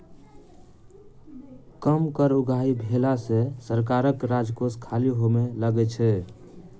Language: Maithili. कम कर उगाही भेला सॅ सरकारक राजकोष खाली होमय लगै छै